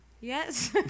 Yes